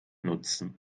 nutzen